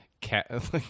cat